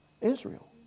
Israel